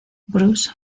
bruce